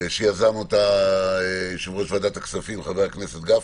שיזם יושב-ראש ועדת הכספים, חבר הכנסת גפני,